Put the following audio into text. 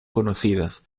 conocidas